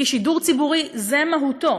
כי שידור ציבורי, זה מהותו.